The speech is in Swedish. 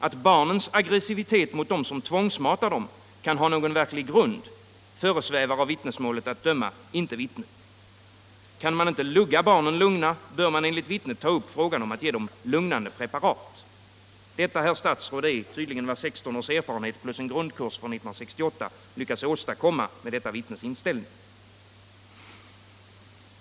Att barnens aggressivitet mot dem som tvångsmatar dem kan ha någon verklig grund föresvävar inte vittnet, av vittnesmålet att döma. Kan man inte lugga barnen lugna, så bör man enligt vittnet ta upp frågan att ge dem lugnande preparat. Detta, herr statsråd, är vad 16 års erfarenhet plus en grundkurs från 1968 har lyckats åstadkomma med detta vittnes inställning.